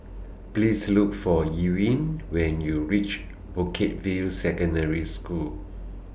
Please Look For Ewing when YOU REACH Bukit View Secondary School